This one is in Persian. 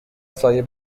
سایه